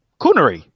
Coonery